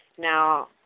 Now